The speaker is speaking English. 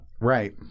Right